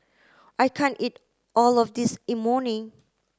I can't eat all of this Imoni